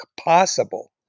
possible